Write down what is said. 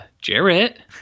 Jarrett